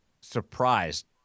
surprised